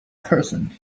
person